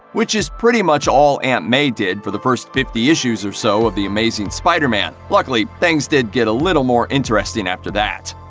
which is pretty much all aunt may did for the first fifty issues or so of amazing spider-man. luckily, things did get a little more interesting after that.